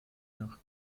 nach